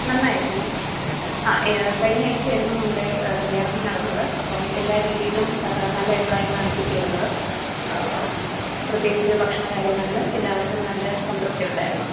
നന്നായിരുന്നു ആ കഴിഞ്ഞ ആഴ്ച ആയിരുന്നു നമ്മുടെ കല്യാണം നടന്നത് അപ്പം എല്ലാ രീതിയിലും നല്ല അഭിപ്രായങ്ങളാണ് കിട്ടിയിരുന്നത് പ്രത്യേകിച്ച് ഭക്ഷണ കാര്യങ്ങൾ എല്ലാവർക്കും നല്ല സംതൃപ്തി ഉണ്ടായിരുന്നു